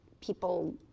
people